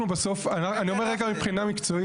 אנחנו בסוף, אני אומר רגע מבחינה מקצועית.